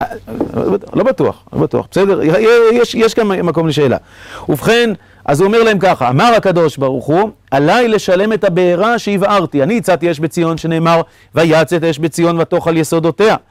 לא בטוח, לא בטוח, בסדר? יש כאן מקום לשאלה. ובכן, אז הוא אומר להם ככה, אמר הקדוש ברוך הוא, עליי לשלם את הבערה שהבערתי, אני הצתתי אש בציון שנאמר, וייצת אש בציון ותוך על יסודותיה.